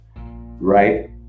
right